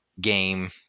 game